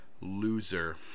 loser